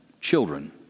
children